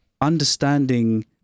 understanding